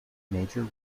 major